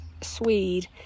swede